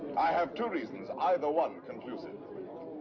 i have two reasons, either one conclusive.